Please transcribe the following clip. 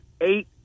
eight